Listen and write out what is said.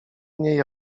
niej